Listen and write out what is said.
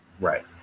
Right